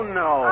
no